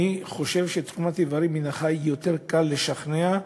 אני חושב שלתרומת איברים מן החי יותר קל לשכנע,